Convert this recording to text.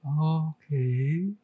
Okay